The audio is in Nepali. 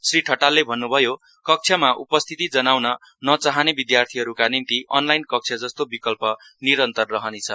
श्री ठटालले भन्न्भयो कक्षामा उपस्थिति जनाउन नचाहन विधार्थीहरूका निम्ति अनलाइन कक्ष जस्तो विकल्प निरन्तर रहनेछ